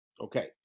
Okay